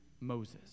Moses